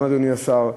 גם לאדוני השר,